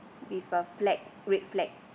with a flag red flag